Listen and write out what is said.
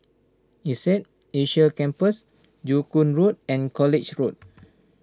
Insead Asia Campus Joo Koon Road and College Road